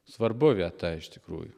svarbu vieta iš tikrųjų